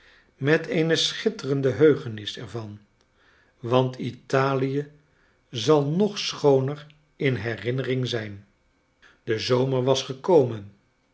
met eene schitterende heugenis er van want italie zal nog schooner in de herinnering zijn de zomer was gekomen